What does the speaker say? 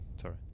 Sorry